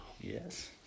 Yes